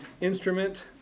instrument